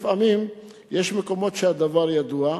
לפעמים יש מקומות שהדבר ידוע,